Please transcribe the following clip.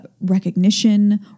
recognition